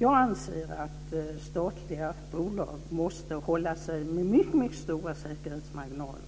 Jag anser att statliga bolag måste hålla sig med mycket stora säkerhetsmarginaler